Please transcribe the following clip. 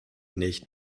nicht